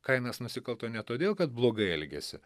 kainas nusikalto ne todėl kad blogai elgėsi